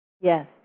Yes